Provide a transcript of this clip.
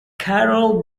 carroll